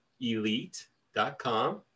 elite.com